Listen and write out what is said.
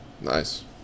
Nice